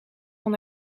van